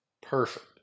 perfect